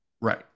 Right